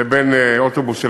בין אוטובוס שנשכר באופן פרטי,